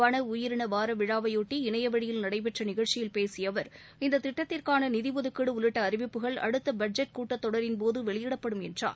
வள உயிரின வார விழாவைவொட்டி இணையவழியில் நடைபெற்ற நிகழ்ச்சியில் பேசிய அவர் இந்த திட்டத்திற்கான நிதி ஒதுக்கீடு உள்ளிட்ட அறிவிப்புகள் அடுத்த பட்ஜெட் கூட்டத் தொடரின் போது வெளியிடப்படும் என்றார்